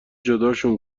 جداشون